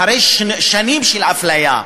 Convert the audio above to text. אחרי שנים של אפליה.